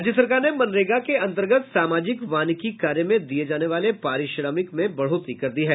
राज्य सरकार ने मनरेगा के अन्तर्गत सामाजिक वानिकी कार्य में दिये जाने वाले पारिश्रमिक में बढ़ोतरी कर दिया है